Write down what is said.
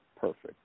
perfect